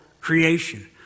creation